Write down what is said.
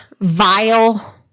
vile